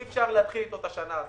אי אפשר להתחיל איתו את השנה.